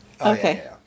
Okay